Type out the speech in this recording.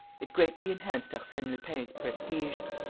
it greatly enhanced arsene lupin's prestige.